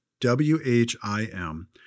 W-H-I-M